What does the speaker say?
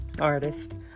artist